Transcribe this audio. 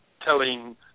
telling